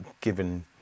given